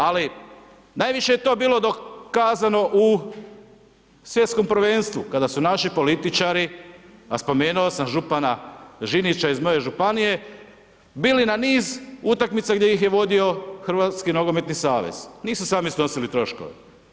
Ali, najviše je to bilo dokazano u Svjetskom prvenstvu, kada su naši političari, a spomenuo sam župana Žinića iz moje županije, bili na niz utakmica gdje ih je vodio Hrvatski nogometni savez, nisu sami snosili troškove.